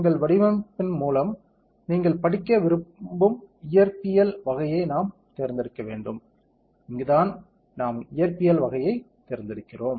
எங்கள் வடிவமைப்பின் மூலம் நீங்கள் படிக்க விரும்பும் இயற்பியல் வகையை நாம் தேர்ந்தெடுக்க வேண்டும் இங்குதான் நாம் இயற்பியல் வகையைத் தேர்ந்தெடுக்கிறோம்